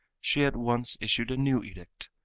she at once issued a new edict,